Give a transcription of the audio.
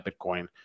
Bitcoin